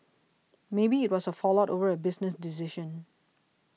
maybe it was a fallout over a business decision